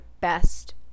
best